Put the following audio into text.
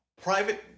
private